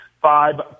five